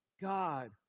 God